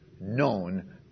known